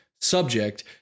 subject